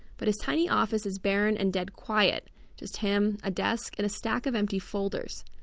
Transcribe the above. but his tiny office is barren and dead quiet just him, a desk and a stack of empty folders.